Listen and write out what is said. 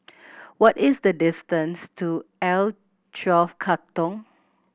what is the distance to L Twelve Katong